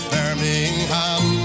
Birmingham